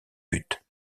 buts